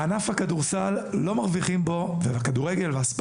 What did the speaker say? בענף הכדורסל, ובספורט